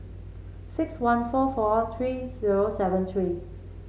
six one four four three zero seven three